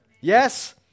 Yes